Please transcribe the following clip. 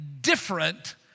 different